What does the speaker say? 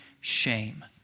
shame